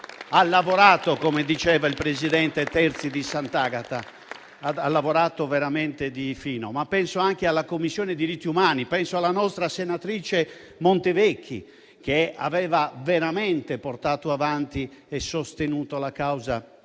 di fino, come ha detto il presidente Terzi di Sant'Agata. Penso anche alla Commissione per i diritti umani, alla nostra senatrice Montevecchi, che aveva veramente portato avanti e sostenuto la causa